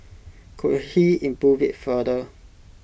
could he improve IT further